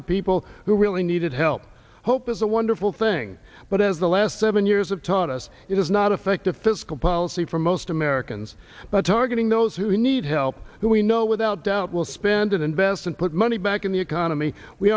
the people who really needed help hope is a wonderful thing but as the last seven years of taught us it does not affect the fiscal policy for most americans but targeting those who need help who we know without doubt will spend and invest and put money back in the economy we